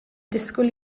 disgwyl